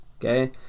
Okay